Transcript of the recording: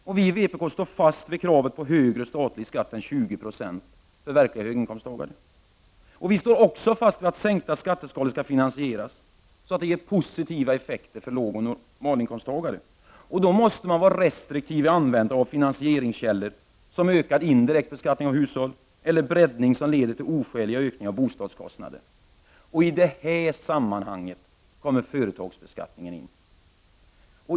Vi i vpk står fast vid kravet på högre statlig skatt än 20 90 för verkliga höginkomsttagare. Vi står också fast vid att sänkta skatteskalor skall finansieras så att det ger positiva effekter för lågoch normalinkomsttagare. Då måste man vara restriktiv vid användandet av finansieringskällor som ökad indirekt beskattning av hushåll eller breddningar som leder till oskäliga ökningar av bostadskostnaderna. I detta sammanhang kommer företagsbeskattningen in.